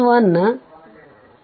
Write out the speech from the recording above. m 1